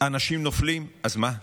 אנשים נופלים, אז מה?